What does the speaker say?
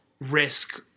risk